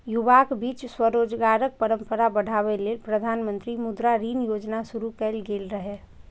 युवाक बीच स्वरोजगारक परंपरा बढ़ाबै लेल प्रधानमंत्री मुद्रा ऋण योजना शुरू कैल गेल रहै